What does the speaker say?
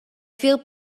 fil